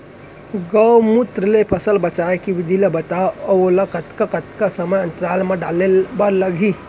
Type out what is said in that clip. गौमूत्र ले फसल बचाए के विधि ला बतावव अऊ ओला कतका कतका समय अंतराल मा डाले बर लागही?